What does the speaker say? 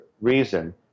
reason